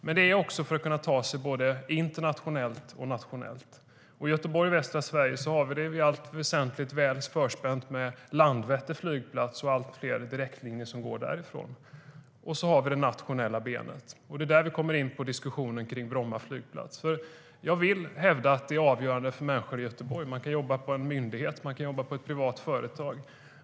Men det är också för att kunna ta sig fram både internationellt och nationellt.I Göteborg och västra Sverige har vi det i allt väsentligt väl förspänt med Landvetters flygplats och allt fler direktlinjer därifrån. Vi har också det nationella benet, och det är där vi kommer in på diskussionen kring Bromma flygplats. Jag vill hävda att den är avgörande för människor i Göteborg - man kan jobba på en myndighet, och man kan jobba på ett privat företag.